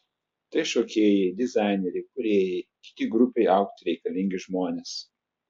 tai šokėjai dizaineriai kūrėjai kiti grupei augti reikalingi žmonės